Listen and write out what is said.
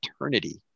eternity